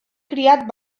criat